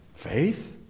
Faith